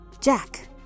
Jack